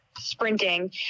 sprinting